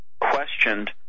questioned